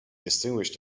distinguished